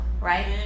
right